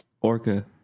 orca